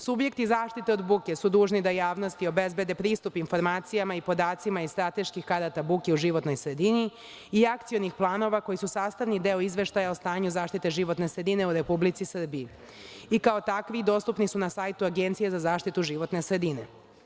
Subjekti zaštite od buke su dužni da javnosti obezbede pristup informacijama i podacima iz strateških karata buke o životnoj sredini i akcionih planova koji su sastavni deo izveštaja o stanju zaštite životne sredine u Republici Srbiji i kao takvi dostupni su na sajtu Agencije za zaštitu životne sredine.